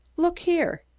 look here!